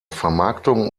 vermarktung